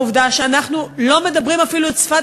העובדה שאנחנו לא מדברים אפילו את שפת